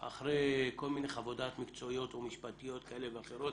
אחרי כל מיני חוות דעת מקצועיות ומשפטיות כאלה ואחרות,